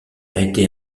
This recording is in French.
été